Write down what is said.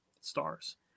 stars